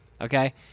Okay